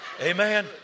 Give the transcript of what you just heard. Amen